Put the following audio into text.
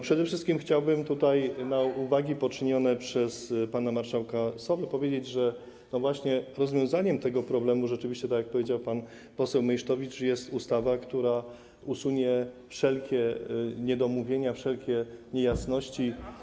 Przede wszystkim chciałbym tutaj na uwagi poczynione przez pana marszałka odpowiedzieć, że rozwiązaniem tego problemu, rzeczywiście tak jak powiedział pan poseł Meysztowicz, jest ustawa, która usunie wszelkie niedomówienia, wszelkie niejasności.